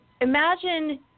imagine